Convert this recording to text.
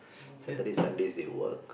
Saturdays Sundays they work